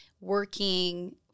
working